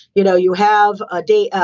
you know, you have a day,